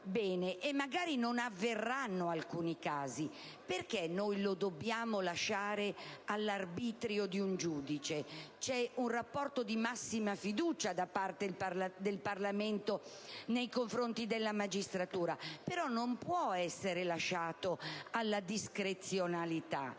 e magari non avverranno alcuni casi. E allora, perché noi dobbiamo lasciare la decisione all'arbitrio di un giudice? C'è un rapporto di massima fiducia da parte del Parlamento nei confronti della magistratura, però tale decisione non può essere lasciata alla mera discrezionalità.